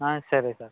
ఆ సరే సార్